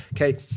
okay